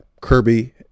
kirby